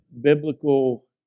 biblical